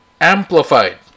amplified